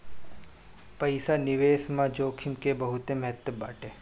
पईसा निवेश में जोखिम के बहुते महत्व बाटे